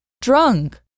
drunk